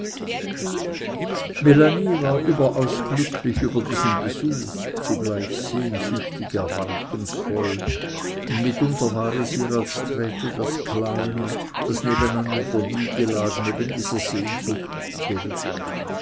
war überaus glücklich über diesen besuch zugleich sehnsüchtig erwartungsvoll und mitunter war es ihr als träte das kleine das nebenan in der wiege lag neben dieser sehnsucht zurück